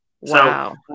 Wow